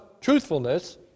truthfulness